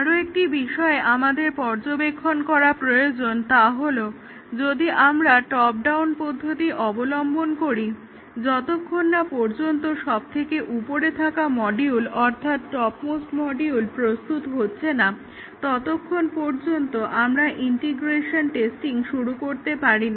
আরো একটি বিষয় আমাদের পর্যবেক্ষণ করা প্রয়োজন তা হলো যদি আমরা টপ ডাউন পদ্ধতি অবলম্বন করি যতক্ষণ না পর্যন্ত সবথেকে উপরে থাকা মডিউল অর্থাৎ টপ মোস্ট মডিউল প্রস্তুত হচ্ছে না ততক্ষণ পর্যন্ত আমরা ইন্টিগ্রেশন টেস্টিং শুরু করতে পারি না